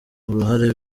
uruhare